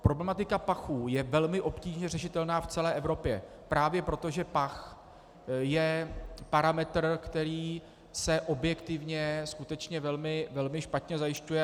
Problematika pachů je velmi obtížně řešitelná v celé Evropě právě proto, že pach je parametr, který se objektivně skutečně velmi špatně zajišťuje.